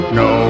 no